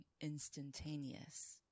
instantaneous